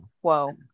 whoa